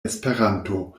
esperanto